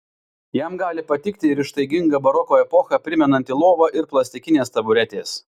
jam gali patikti ir ištaiginga baroko epochą primenanti lova ir plastikinės taburetės